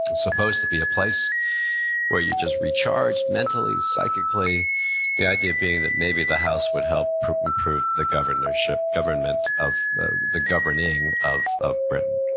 and supposed to be a place where you just recharge mentally, psychically the idea being that maybe the house would help improve the governorship, government of, the the governing of of britain.